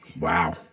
Wow